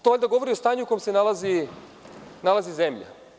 To valjda govori o stanju u kojem se nalazi zemlja.